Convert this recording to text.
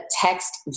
text